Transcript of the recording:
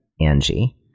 Angie